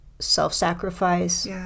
self-sacrifice